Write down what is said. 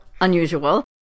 unusual